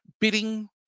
bidding